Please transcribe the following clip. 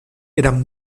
eran